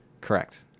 Correct